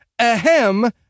ahem